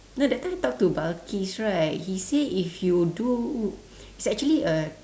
no that time I talk to balqis right he say if you do it's actually a